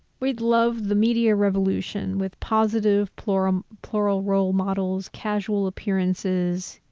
we'd love the media revolution with positive plural plural role models, casual appearances,